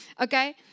Okay